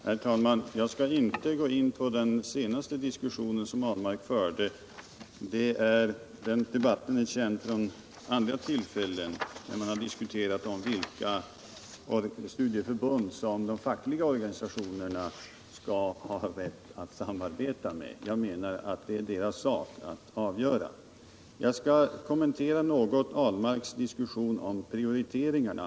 Herr talman! Jag skall inte gå in på den senaste diskussionen som Lars Ahlmark förde. Den debatten är känd från tidigare tillfällen när man diskuterat vilka studieförbund som de fackliga organisationerna skall ha rätt att samarbeta med. Jag menar att det är deras sak att avgöra den frågan. Jag skall något kommentera Lars Ahlmarks diskussion om prioriteringarna.